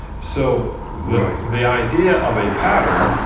so the idea of a pattern,